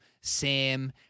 Sam